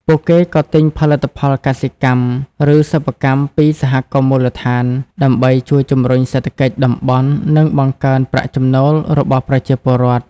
ពួកគេក៏ទិញផលិតផលកសិកម្ម ឬសិប្បកម្មពីសហគមន៍មូលដ្ឋាន ដើម្បីជួយជំរុញសេដ្ឋកិច្ចតំបន់ និងបង្កើនប្រាក់ចំណូលរបស់ប្រជាពលរដ្ឋ។